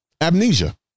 amnesia